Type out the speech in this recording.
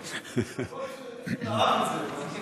אהב את זה.